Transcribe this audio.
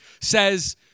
says